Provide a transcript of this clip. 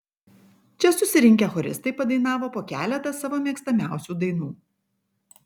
čia susirinkę choristai padainavo po keletą savo mėgstamiausių dainų